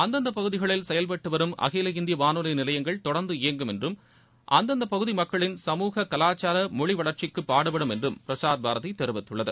அந்தந்த பகுதிகளில் செயல்பட்டு வரும் அகில இந்திய வானொலி நிலையங்கள் தொடர்ந்து இயங்கும் என்றும் அந்தந்த பகுதி மக்களின் சமூக கலாச்சார மொழி வளர்ச்சிக்கு பாடுபடும் என்றும் பிரஸார் பாரதி தெரிவித்துள்ளது